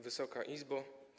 Wysoka Izbo!